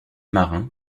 marin